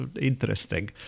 Interesting